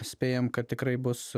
spėjam kad tikrai bus